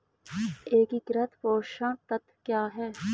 एकीकृत पोषक तत्व क्या है?